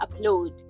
upload